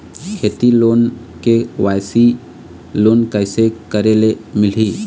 खेती loan KYC loan कइसे करे ले मिलही?